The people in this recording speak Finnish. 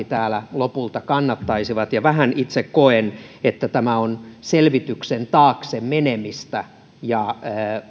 täällä lopulta kannattaisivat ja vähän itse koen että tämä on selvityksen taakse menemistä ja